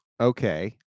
Okay